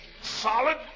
solid